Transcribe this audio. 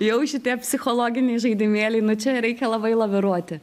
jau šitie psichologiniai žaidimėliai nu čia reikia labai laviruoti